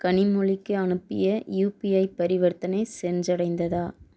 கனிமொழிக்கு அனுப்பிய யுபிஐ பரிவர்த்தனை சென்றடைந்ததா